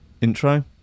Intro